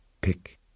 pick